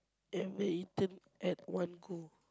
ever eaten at one go